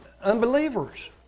unbelievers